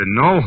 no